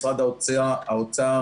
משרד האוצר,